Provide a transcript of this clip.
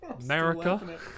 America